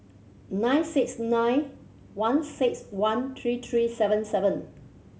nine six nine one six one three three seven seven